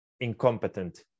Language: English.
incompetent